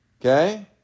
Okay